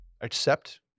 accept